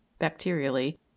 bacterially